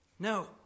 No